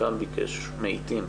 מעתים.